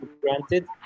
granted